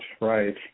right